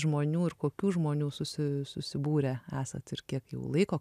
žmonių ir kokių žmonių susi susibūrę esat ir kiek jau laiko